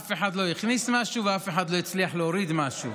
אף אחד לא הכניס משהו ואף אחד לא הצליח להוריד משהו.